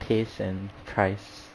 taste and price